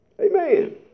Amen